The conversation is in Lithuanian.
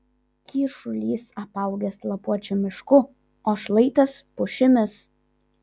kyšulys apaugęs lapuočių mišku o šlaitas pušimis